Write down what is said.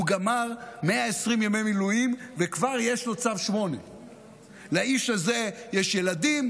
הוא גמר 120 ימי מילואים וכבר יש לו צו 8. לאיש הזה יש ילדים,